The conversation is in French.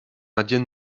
indienne